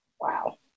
Wow